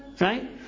right